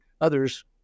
Others